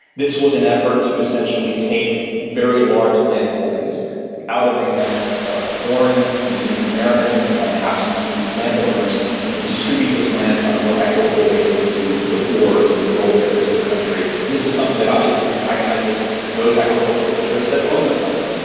this was an effort to essentially take very large landholdings out of the hands of foreign, mainly american and absentee land owners, and to distribute those lands on a more equitable basis to the poor in the rural areas of the country. this is something that obviously antagonises those agricultural interests that own those lands.